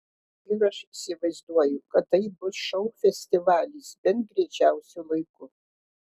ir aš įsivaizduoju kad tai bus šou festivalis bent greičiausiu laiku